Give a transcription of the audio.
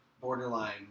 borderline